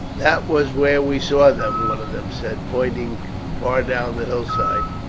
that was where we saw them, one of them said, pointing far down the hillside,